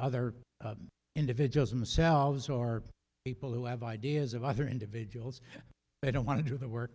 other individuals themselves or people who have ideas of other individuals they don't want to do the work